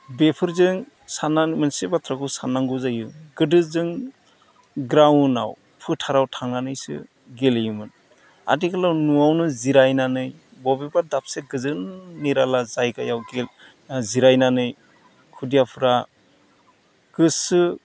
बेफोरजों सानना मोनसे बाथ्राखो साननांगौ जायो गोदो जों ग्राउन्डआव फोथाराव थांनानैसो गेलेयोमोन आथिखालाव न'आवनो जिरायनानै बबेबा दाबसे गोजोन निराला जायगायाव जिरायनानै खुदियाफ्रा गोसो